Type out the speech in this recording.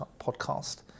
podcast